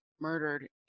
murdered